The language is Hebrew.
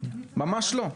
ממש לא.